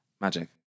Magic